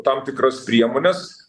tam tikras priemones